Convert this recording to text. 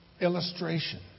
illustration